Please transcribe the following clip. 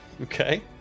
Okay